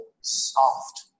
soft